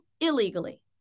illegally